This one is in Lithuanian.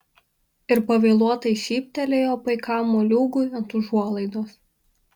ir pavėluotai šyptelėjo paikam moliūgui ant užuolaidos